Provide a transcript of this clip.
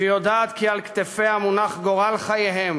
שיודעת כי על כתפיה מונח גורל חייהם